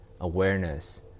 awareness